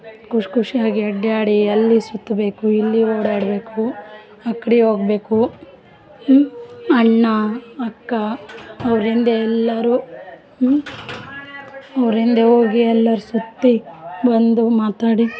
ಖುಷ್ ಖುಷ್ಯಾಗಿ ಅಡ್ಡಾಡಿ ಅಲ್ಲಿ ಸುತ್ತಬೇಕು ಇಲ್ಲಿ ಓಡಾಡಬೇಕು ಆಕ್ಡಿ ಹೋಗ್ಬೇಕು ಅಣ್ಣ ಅಕ್ಕ ಅವ್ರ ಹಿಂದೇ ಎಲ್ಲರೂ ಅವ್ರ ಹಿಂದೇ ಹೋಗಿ ಎಲ್ಲರು ಸುತ್ತಿ ಬಂದು ಮಾತಾಡಿ